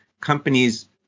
companies